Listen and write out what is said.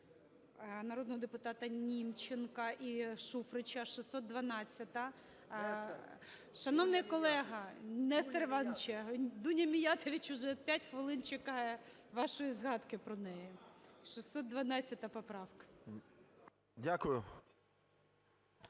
народного депутата Німченка і Шуфрича – 612-а. Шановний колего, Несторе Івановичу, Дуня Міятович вже 5 хвилин чекає вашої згадки про неї. 612 поправка.